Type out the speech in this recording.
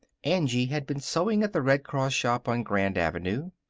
angie had been sewing at the red cross shop on grand avenue.